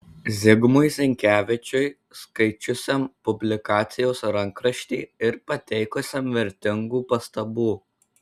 zigmui zinkevičiui skaičiusiam publikacijos rankraštį ir pateikusiam vertingų pastabų